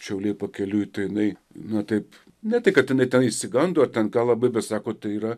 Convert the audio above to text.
šiauliai pakeliui tai jinai na taip ne tai kad jinai išsigando ar ten ką labai bet sako tai yra